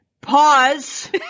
Pause